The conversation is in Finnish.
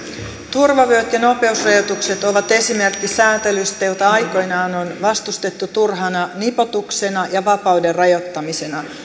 turvavyöt ja nopeusrajoitukset ovat esimerkki sääntelystä jota aikoinaan on vastustettu turhana nipotuksena ja vapauden rajoittamisena